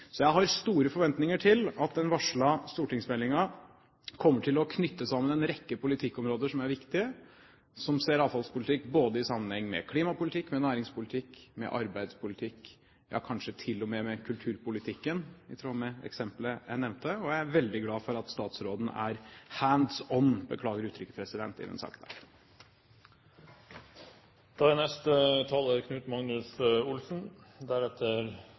Jeg har derfor store forventninger til at den varslede stortingsmeldingen kommer til å knytte sammen en rekke politikkområder som er viktige, som ser avfallspolitikk både i sammenheng med klimapolitikk, med næringspolitikk, med arbeidspolitikk, ja, kanskje til og med med kulturpolitikken, i tråd med eksemplet jeg nevnte. Jeg er veldig glad for at statsråden er «hands on» – beklager uttrykket, president – i